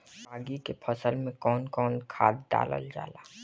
रागी के फसल मे कउन कउन खाद डालल जाला?